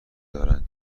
دارند